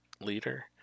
leader